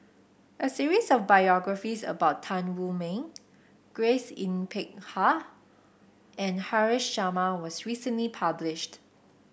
a series of biographies about Tan Wu Meng Grace Yin Peck Ha and Haresh Sharma was recently published